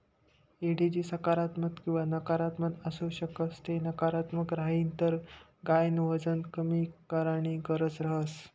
एडिजी सकारात्मक किंवा नकारात्मक आसू शकस ते नकारात्मक राहीन तर गायन वजन कमी कराणी गरज रहस